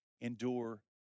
endure